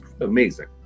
amazing